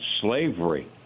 slavery